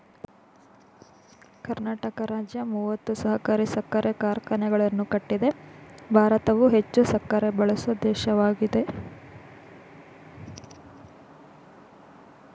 ಕರ್ನಾಟಕ ರಾಜ್ಯ ಮೂವತ್ತು ಸಹಕಾರಿ ಸಕ್ಕರೆ ಕಾರ್ಖಾನೆಗಳನ್ನು ಕಟ್ಟಿದೆ ಭಾರತವು ಹೆಚ್ಚು ಸಕ್ಕರೆ ಬಳಸೋ ದೇಶವಾಗಯ್ತೆ